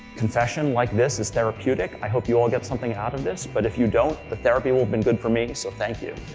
confession like this is therapeutic. i hope you all get something out of this, but if you don't the therapy will have been good for me, so thank you.